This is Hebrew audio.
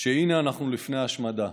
שאנחנו לפני השמדה.